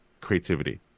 creativity